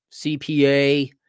CPA